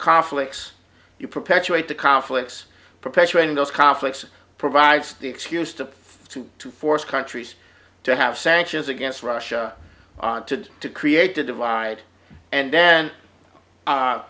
conflicts you perpetuate the conflicts perpetuating those conflicts provides the excuse to to to force countries to have sanctions against russia to create a divide and then